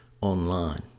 online